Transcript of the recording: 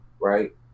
right